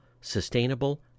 sustainable